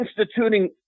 instituting